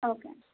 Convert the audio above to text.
okay అండి